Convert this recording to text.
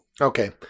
Okay